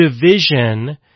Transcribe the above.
division